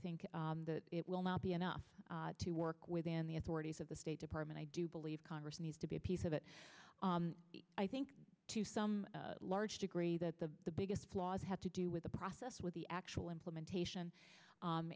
think that it will not be enough to work within the authorities of the state department i do believe congress needs to be a piece of it i think to some large degree that the the biggest flaws have to do with the process with the actual implementation